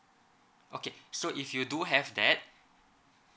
okay so if you do have that